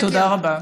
תודה רבה.